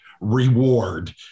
reward